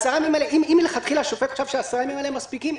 אם מלכתחילה השופט חשב ש-10 הימים האלה מספיקים,